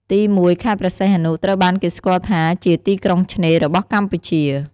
ទីមួយ ខេត្តព្រះសីហនុ ត្រូវបានគេស្គាល់ថាជា "ទីក្រុងឆ្នេរ" របស់កម្ពុជា។